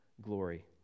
glory